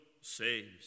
saves